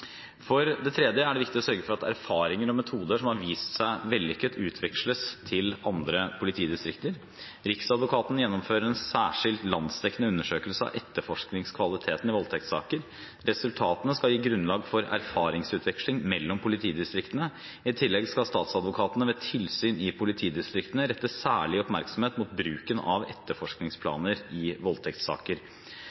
For det tredje er det viktig å sørge for at erfaringen med metoder som har vist seg vellykket, utveksles til andre politidistrikter. Riksadvokaten gjennomfører en særskilt landsdekkende undersøkelse av etterforskningskvaliteten i voldtektssaker. Resultatene skal gi grunnlag for erfaringsutveksling mellom politidistriktene. I tillegg skal statsadvokatene ved tilsyn i politidistriktene rette særlig oppmerksomhet mot bruken av